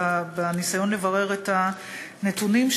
בניסיון לברר את הנתונים,